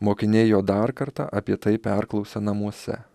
mokiniai jo dar kartą apie tai perklausia namuose